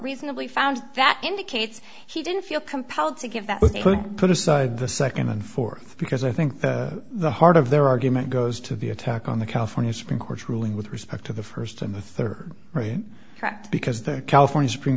reasonably found that indicates he didn't feel compelled to give that one put aside the second and fourth because i think the heart of their argument goes to the attack on the california supreme court's ruling with respect to the first and the third right track because their california supreme